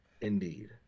indeed